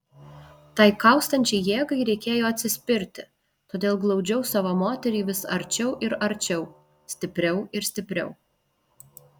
tai kaustančiai jėgai reikėjo atsispirti todėl glaudžiau savo moterį vis arčiau ir arčiau stipriau ir stipriau